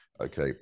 Okay